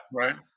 right